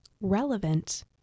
relevant